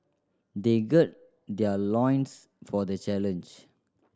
they gird their loins for the challenge